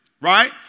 right